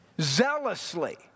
zealously